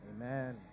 Amen